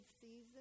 season